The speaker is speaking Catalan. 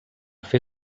fer